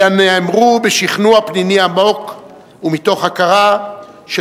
אלא נאמרו בשכנוע פנימי עמוק ומתוך הכרה של